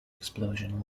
explosion